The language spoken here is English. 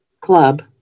club